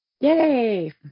Yay